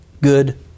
good